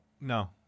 No